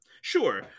Sure